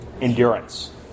endurance